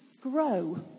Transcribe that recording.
grow